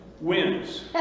wins